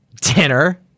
dinner